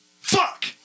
Fuck